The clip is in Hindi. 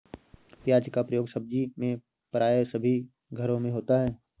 प्याज का प्रयोग सब्जी में प्राय सभी घरों में होता है